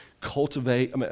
cultivate